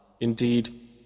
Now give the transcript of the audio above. Indeed